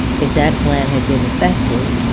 if that plan had been effective,